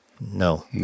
No